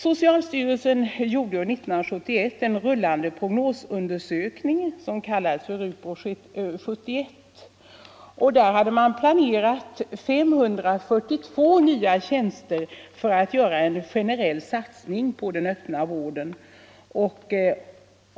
Socialstyrelsen gjorde 1971 en rullande prognosundersökning, som kallades RUPRO 71, och där hade man planerat 542 nya tjänster som en generell satsning på den öppna vården.